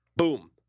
Boom